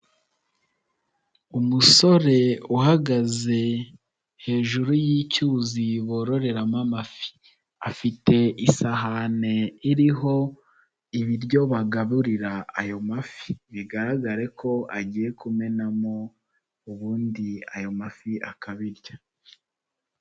Umusore uhagaze hejuru y'icyuzi bororeramo amafi, afite isahane iriho ibiryo bagaburira ayo mafi, bigaragare ko agiye kumenamo ubundi ayo mafi akabirya.